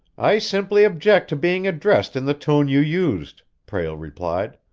i simply object to being addressed in the tone you used, prale replied.